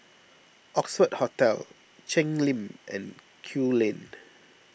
Oxford Hotel Cheng Lim and Kew Lane